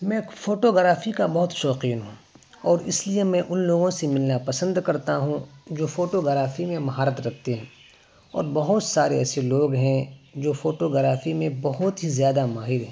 میں اک فوٹوگرافی کا بہت شوقین ہوں اور اس لیے میں ان لوگوں سے ملنا پسند کرتا ہوں جو فوٹوگرافی میں مہارت رکھتے ہیں اور بہت سارے ایسے لوگ ہیں جو فوٹوگرافی میں بہت ہی زیادہ ماہر ہیں